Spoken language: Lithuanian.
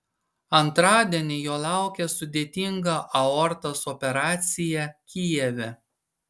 antradienį jo laukė sudėtinga aortos operacija kijeve